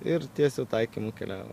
ir tiesiu taikymu keliauja